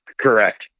Correct